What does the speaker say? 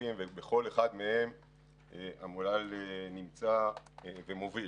הלקחים אחד-אחד, ובכל אחד מהם המל"ל נמצא ומוביל.